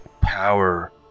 power